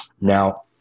now